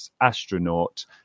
astronaut